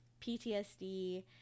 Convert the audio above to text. PTSD